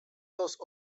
los